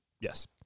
Yes